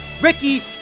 Ricky